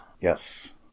Yes